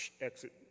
exit